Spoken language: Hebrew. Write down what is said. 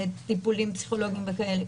טיפולים פסיכולוגיים וכאלה,